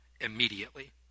immediately